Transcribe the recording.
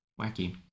Wacky